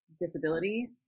disability